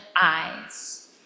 eyes